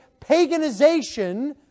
paganization